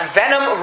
venom